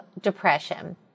depression